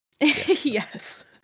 Yes